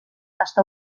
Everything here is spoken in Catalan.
està